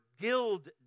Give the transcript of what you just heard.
guild